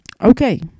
Okay